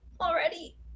already